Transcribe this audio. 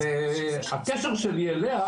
והקשר שלי אליה,